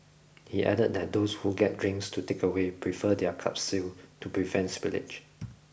he added that those who get drinks to takeaway prefer their cups sealed to prevent spillage